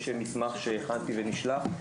יש מסמך שהכנתי ונשלח,